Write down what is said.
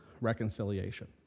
Reconciliation